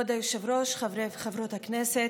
כבוד היושב-ראש, חברי וחברות הכנסת,